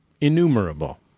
innumerable